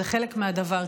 זה חלק מהדבר,